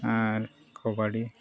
ᱟᱨ kabaddi